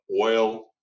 Oil